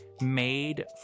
made